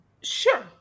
Sure